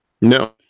No